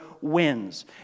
wins